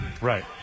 Right